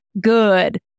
good